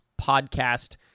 podcast